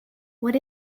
what